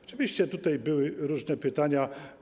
Oczywiście tutaj były różne pytania.